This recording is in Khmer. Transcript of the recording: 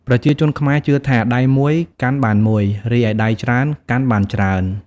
ប្រជាជនខ្មែរជឿថា “ដៃមួយ កាន់បានមួយ រីឯដៃច្រើន កាន់បានច្រើន”។